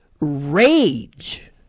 rage